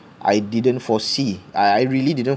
I didn't foresee I I really didn't